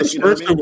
First